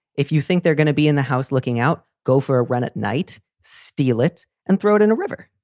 if you think they're gonna be in the house looking out, go for a run at night, steal it and throw it in a river.